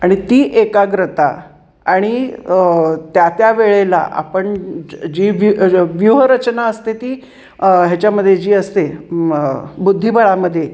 आणि ती एकाग्रता आणि त्या त्या वेळेला आपण जी व व्यू व्यूहरचना असते ती ह्याच्यामध्ये जी असते बुद्धिबळामध्ये